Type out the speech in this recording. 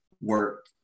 work